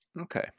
okay